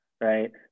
right